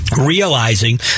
realizing